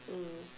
mm